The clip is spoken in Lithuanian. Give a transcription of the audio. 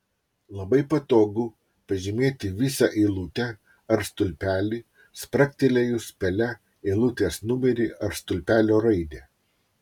labai patogu pažymėti visą eilutę ar stulpelį spragtelėjus pele eilutės numerį ar stulpelio raidę